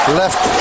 left